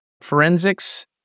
forensics